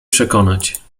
przekonać